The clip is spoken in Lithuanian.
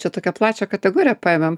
čia tokią plačią kategoriją paėmėm